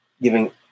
giving